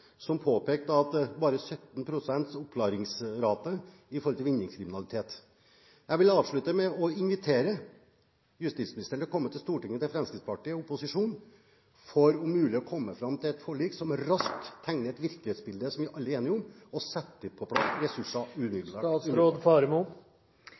som påpekte at det var en oppklaringsrate på bare 17 pst. når det gjaldt vinningskriminalitet. Jeg vil avslutte med å invitere justisministeren til å komme til Stortinget, til Fremskrittspartiet og opposisjonen, for om mulig å komme fram til et forlik som raskt tegner et virkelighetsbilde som vi alle er enige om, og sette på plass ressurser